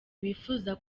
bifuza